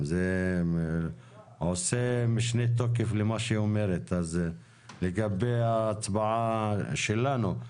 זה נותן משנה תוקף למה שהיא אומרת לגבי ההצבעה שלנו,